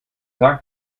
tag